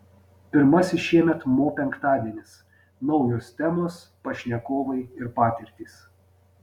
pirmasis šiemet mo penktadienis naujos temos pašnekovai ir patirtys